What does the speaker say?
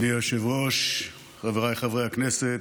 אדוני היושב-ראש, חבריי חברי הכנסת,